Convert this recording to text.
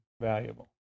valuable